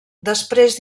després